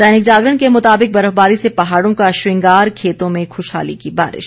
दैनिक जागरण के मुताबिक बर्फबारी से पहाड़ों का श्रृंगार खेतों में खुशहाली की बारिश